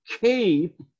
keep